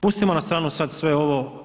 Pustimo na stranu sad sve ovo,